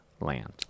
land